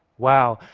wow!